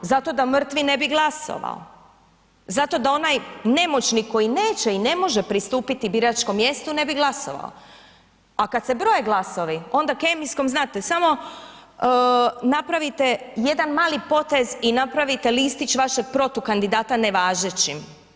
Zato da mrtvi ne bi glasovao, zato da onaj nemoćni koji neće i ne može pristupiti biračkom mjestu, ne bi glasovao a kad se broje glasovi, onda kemijskom, znate, samo napravite jedan mali potez i napravite listić vašeg protukandidata nevažećim.